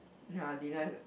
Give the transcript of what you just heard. yeah Dina is